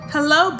Hello